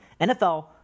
NFL